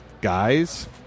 guys